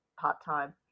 part-time